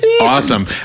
awesome